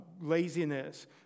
laziness